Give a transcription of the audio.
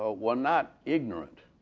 ah were not ignorant.